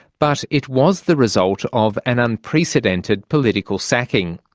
but it was the result of an unprecedented political sacking.